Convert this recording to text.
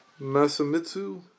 Masamitsu